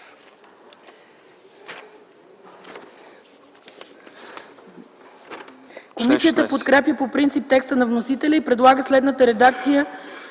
Комисията подкрепя по принцип текста на вносителя и предлага следната редакция